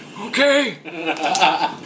Okay